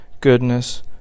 goodness